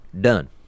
done